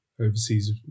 overseas